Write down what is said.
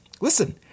Listen